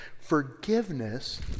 Forgiveness